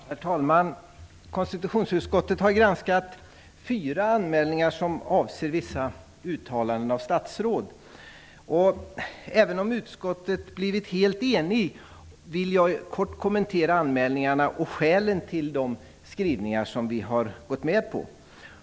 Herr talman! Konstitutionsutskottet har granskat fyra anmälningar som avser vissa uttalanden av statsråd. Även om utskottet blivit helt enigt vill jag kort kommentera anmälningarna och skälen till de skrivningar som vi har gått med på.